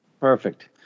Perfect